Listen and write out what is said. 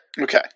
Okay